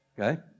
okay